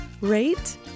rate